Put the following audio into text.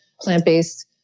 plant-based